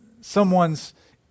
someone's